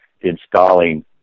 installing